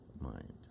mind